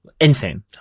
Insane